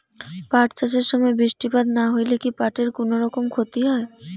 পাট চাষ এর সময় বৃষ্টিপাত না হইলে কি পাট এর কুনোরকম ক্ষতি হয়?